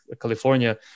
california